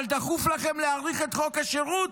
אבל דחוף לכם להאריך את חוק השירות?